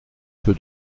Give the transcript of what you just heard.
peu